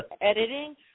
editing